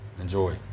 enjoy